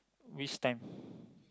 which time